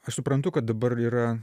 aš suprantu kad dabar yra